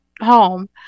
home